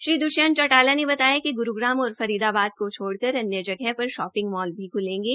श्री दुष्यंत चौटाला ने बताया कि गुरूग्राम और फरीदाबाद को छोड़कर अन्य जगह पर शॉपिंग मॉल भी खुलेंगे